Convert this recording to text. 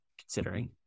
considering